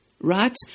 Right